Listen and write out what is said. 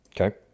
okay